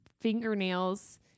fingernails